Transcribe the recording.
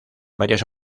varias